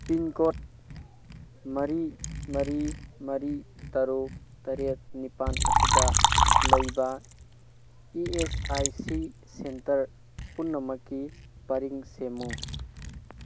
pincode ꯃꯔꯤ ꯃꯔꯤ ꯃꯔꯤ ꯇꯔꯨꯛ ꯇꯔꯦꯠ ꯅꯤꯄꯥꯜ ꯑꯁꯤꯗ ꯂꯩꯕ E S I C centre ꯄꯨꯝꯅꯃꯛꯀꯤ ꯄꯔꯤꯡ ꯁꯦꯝꯃꯨ